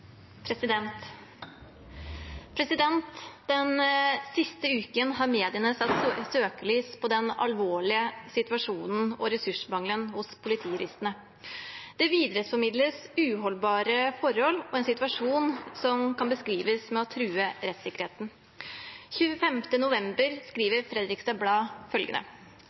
ansatt, har den informasjonen. «Den siste uken har mediene satt søkelys på den alvorlige ressursmangelen hos politijuristene. Det videreformidles uholdbare forhold og en situasjon som truer rettssikkerheten. 25. november skriver Fredriksstad Blad følgende: